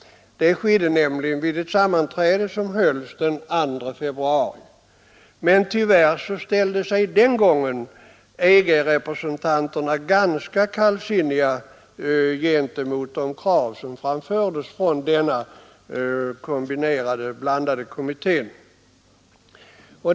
Det skedde vid ett sammanträde den 2 februari. Men tyvärr ställde sig den gången EG-representanterna ganska kallsinniga till de krav som framfördes från denna blandade kommitté.